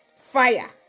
fire